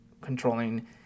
controlling